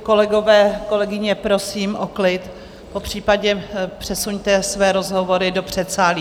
Kolegové, kolegyně, prosím o klid, popřípadě přesuňte své rozhovory do předsálí.